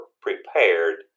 prepared